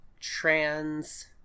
trans